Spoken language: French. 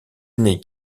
aîné